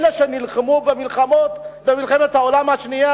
אלה שנלחמו במלחמת העולם השנייה,